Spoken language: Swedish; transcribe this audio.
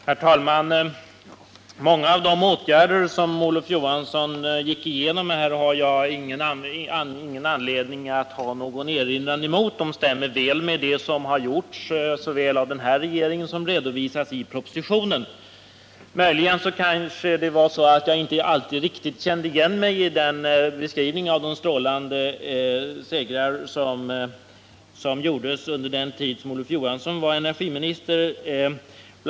Herr talman! Många av de åtgärder som Olof Johansson gick igenom har jag ingen erinran emot; de stämmer väl såväl med det som har gjorts av den här regeringen som med vad som redovisats i propositionen. Möjligen känner jag inte alltid riktigt igen mig i skildringen av de strålande segrar som vanns under den tid som Olof Johansson var energiminister.